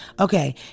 okay